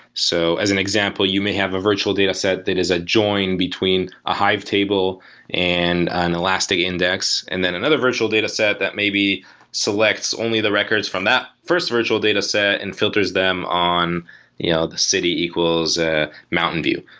so as an example, you may have a virtual dataset that is a join between a hive table and an elastic index, and then another virtual dataset that maybe selects only the records from the first virtual dataset and filters them on you know the city equals a mountain view.